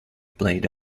played